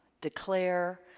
declare